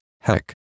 heck